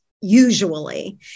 usually